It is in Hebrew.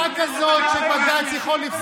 אין שיטה כזאת שבג"ץ יכול לפסול חוקים.